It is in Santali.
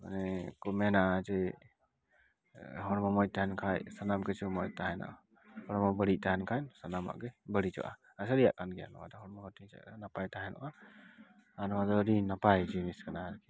ᱚᱱᱮ ᱠᱚ ᱢᱮᱱᱟ ᱡᱮ ᱦᱚᱲᱢᱚ ᱢᱚᱡᱽ ᱛᱟᱦᱮᱱ ᱠᱷᱟᱱ ᱥᱟᱱᱟᱢ ᱠᱤᱪᱷᱩ ᱢᱚᱡᱽ ᱛᱟᱦᱮᱱᱟ ᱦᱚᱲᱢᱚ ᱵᱟᱹᱲᱤᱡ ᱛᱟᱦᱮᱱ ᱠᱷᱟᱱ ᱥᱟᱱᱟᱢᱟᱜ ᱜᱮ ᱵᱟᱹᱲᱤᱡᱚᱜᱼᱟ ᱟᱨ ᱥᱟᱹᱨᱤᱭᱟᱜ ᱠᱟᱱ ᱜᱮᱭᱟ ᱱᱚᱣᱟ ᱫᱚ ᱦᱚᱲᱢᱚ ᱟᱹᱰᱤ ᱪᱮᱫ ᱱᱟᱯᱟᱭ ᱛᱟᱦᱮᱱᱚᱜᱼᱟ ᱟᱨ ᱱᱚᱣᱟ ᱫᱚ ᱟᱹᱰᱤ ᱱᱟᱯᱟᱭ ᱡᱤᱱᱤᱥ ᱠᱟᱱᱟ ᱟᱨᱠᱤ